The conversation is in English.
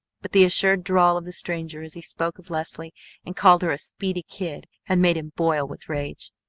but the assured drawl of the stranger as he spoke of leslie and called her a speedy kid had made him boil with rage.